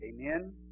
Amen